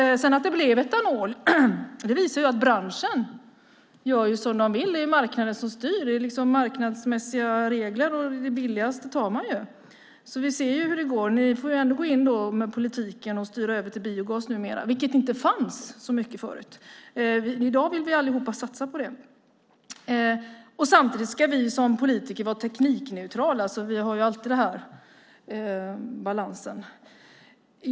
Att det blev etanol visar ju att branschen gör som den vill. Det är marknaden som styr. Det är liksom marknadsmässiga regler. Det billigaste tar man ju. Vi ser ju hur det går. Ni får ändå gå in med politiken och styra över till biogas numera, vilket inte fanns så mycket förut. I dag vill vi allihop satsa på det. Samtidigt ska vi som politiker vara teknikneutrala. Vi har alltid den balansen.